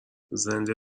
زنده